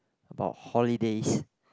about holidays